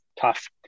tough